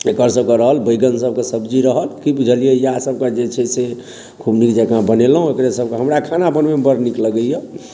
एकर सबके रहल बैगन सबके सब्जी रहल की बुझलियै इएह सबके जे छै से खूब नीक जकाँ बनेलहुँ एकरे सबके हमरासबके खाना बनबैमे बड़ नीक लगैया